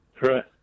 right